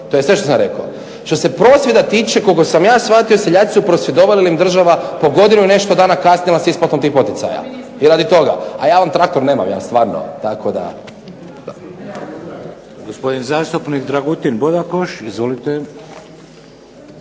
To je sve što sam rekao. Što se prosvjeda tiče, koliko sam ja shvatio seljaci su prosvjedovali jer im država po godinu i nešto dana kasnila s isplatom tih poticaja, i radi toga, a ja vam traktor nemam, ja stvarno, tako da.